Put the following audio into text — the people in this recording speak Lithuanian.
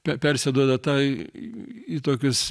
pe persiduoda tai į tokius